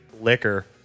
liquor